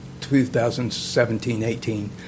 2017-18